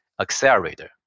accelerator